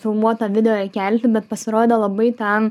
filmuotą video kelti bet pasirodė labai ten